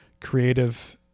creative